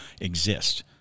exist